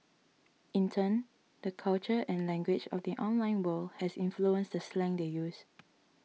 in turn the culture and language of the online world has influenced the slang they use